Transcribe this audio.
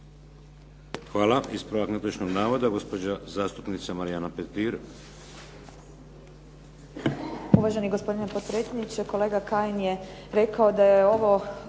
Hvala. Ispravak netočnog navoda, gospođa zastupnica Marijana Petir.